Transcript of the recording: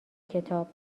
کتاب